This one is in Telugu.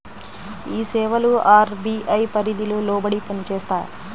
ఈ సేవలు అర్.బీ.ఐ పరిధికి లోబడి పని చేస్తాయా?